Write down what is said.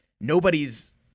Nobody's